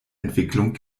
entwicklung